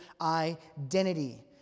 identity